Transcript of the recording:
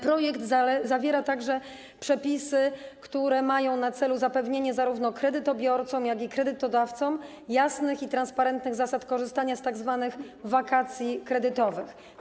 Projekt zawiera także przepisy, które mają na celu zapewnienie zarówno kredytobiorcom, jak i kredytodawcom jasnych i transparentnych zasad korzystania z tzw. wakacji kredytowych.